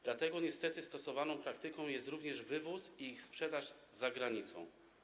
Dlatego niestety stosowaną praktyką jest również ich wywóz i sprzedaż za granicą.